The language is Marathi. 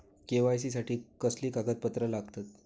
के.वाय.सी साठी कसली कागदपत्र लागतत?